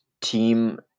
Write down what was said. team